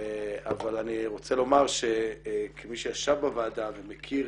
אבל אני רוצה לומר כמי שישב בוועדה ומכיר